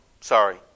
Sorry